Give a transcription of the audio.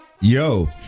Yo